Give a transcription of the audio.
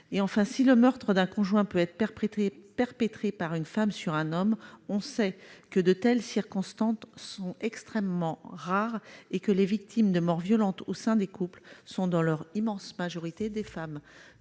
terribles sur plusieurs générations. S'il peut être perpétré par une femme sur un homme, on sait qu'une telle circonstance est extrêmement rare et que les victimes de mort violente au sein des couples sont, dans leur immense majorité, des femmes.